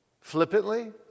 flippantly